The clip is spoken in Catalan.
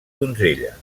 donzella